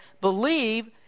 believe